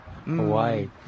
Hawaii